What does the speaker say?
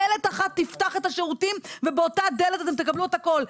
דלת אחת תפתח את השירותים ובאותה דלת אתם תקבלו את הכול.